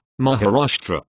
Maharashtra